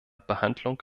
behandlung